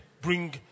bring